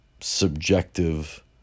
subjective